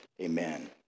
Amen